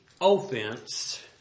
offense